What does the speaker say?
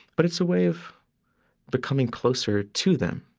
but it's a way of becoming closer to them